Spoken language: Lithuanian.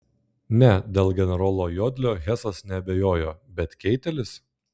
ne dėl generolo jodlio hesas neabejojo bet keitelis